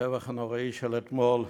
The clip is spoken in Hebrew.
מהטבח הנוראי של אתמול.